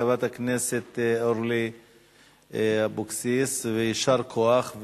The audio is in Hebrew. חברת הכנסת אורלי אבקסיס ויישר כוח,